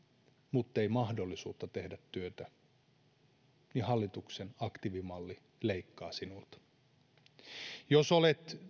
muttei mahdollisuutta tehdä työtä niin hallituksen aktiivimalli leikkaa sinulta jos olet